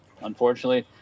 Unfortunately